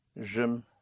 je